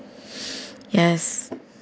yes